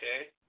Okay